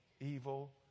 evil